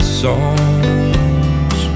songs